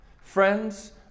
friends